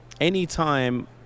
anytime